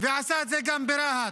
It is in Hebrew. עשה את זה גם ברהט.